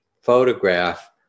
photograph